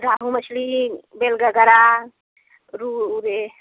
रोहू मछली बेल गगरा रुरे